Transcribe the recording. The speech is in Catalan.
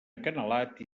acanalat